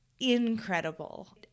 incredible